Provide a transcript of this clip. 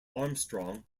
armstrong